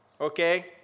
okay